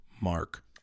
Mark